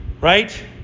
Right